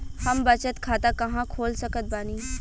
हम बचत खाता कहां खोल सकत बानी?